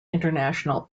international